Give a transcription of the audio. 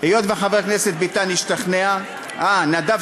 היות שחבר הכנסת ביטן השתכנע, אה, נדב